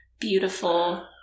beautiful